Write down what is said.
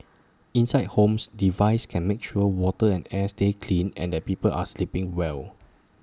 inside homes devices can make sure water and air stay clean and that people are sleeping well